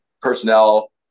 personnel